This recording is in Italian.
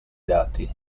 dati